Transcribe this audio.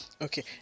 Okay